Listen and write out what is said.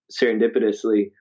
serendipitously